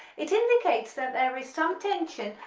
it indicates that there is some tension,